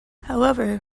however